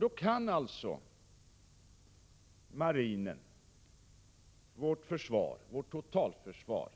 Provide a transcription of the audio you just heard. Då kan marinen och vårt totalförsvar